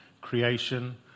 creation